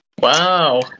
Wow